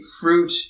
fruit